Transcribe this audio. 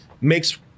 makes